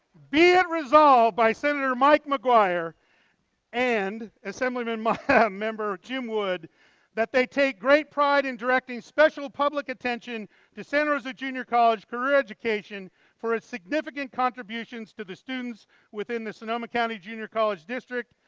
be it resolved by senator mike mcguire and assemblyman member jim wood that they take great pride in directing special public attention to santa rosa junior college career education for its significant contributions to the students within the sonoma county junior college district,